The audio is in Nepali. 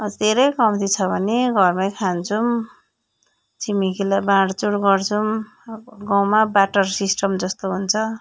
धेरै कम्ती छ भने घरमै खान्छौँ छिमेकीलाई बाँडचुँड गर्छौँ गाउँमा बाटर सिस्टम् जस्तो हुन्छ